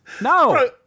No